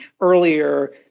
earlier